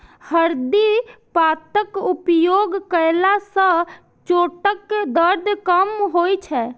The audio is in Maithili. हरदि पातक उपयोग कयला सं चोटक दर्द कम होइ छै